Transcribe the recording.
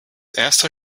erster